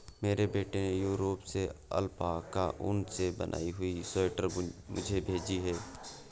मेरे बेटे ने यूरोप से अल्पाका ऊन से बनी हुई स्वेटर मुझे भेजी है